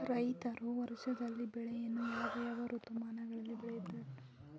ರೈತರು ವರ್ಷದಲ್ಲಿ ಬೆಳೆಯನ್ನು ಯಾವ ಯಾವ ಋತುಮಾನಗಳಲ್ಲಿ ಬೆಳೆಯುತ್ತಾರೆ?